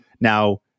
Now